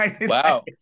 Wow